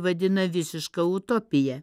vadina visiška utopija